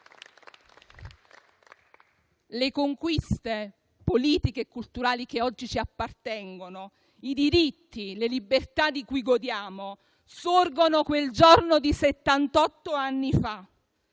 Le conquiste politiche e culturali che oggi ci appartengono, i diritti e le libertà di cui godiamo, sorgono quel giorno di settantotto